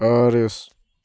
Paris